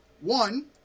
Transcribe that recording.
One